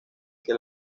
que